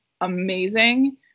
amazing